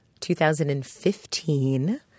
2015